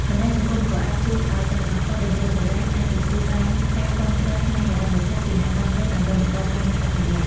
បណ្ដាញសង្គមក៏អាចជួយឲ្យសិល្បករតន្ត្រីបុរាណអាចទទួលបានការគាំទ្រផ្នែកហិរញ្ញវត្ថុពីអ្នកគាំទ្រដើម្បីបន្តការងារអភិរក្ស។